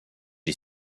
est